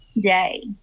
day